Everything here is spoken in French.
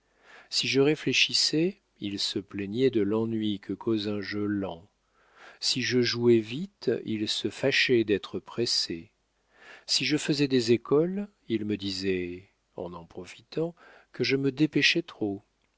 si je réfléchissais il se plaignait de l'ennui que cause un jeu lent si je jouais vite il se fâchait d'être pressé si je faisais des écoles il me disait en en profitant que je me dépêchais trop